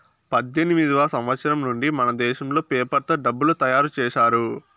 పద్దెనిమిదివ సంవచ్చరం నుండి మనదేశంలో పేపర్ తో డబ్బులు తయారు చేశారు